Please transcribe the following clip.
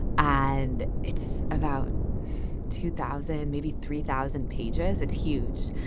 and it's about two thousand, maybe three thousand pages. it's huge.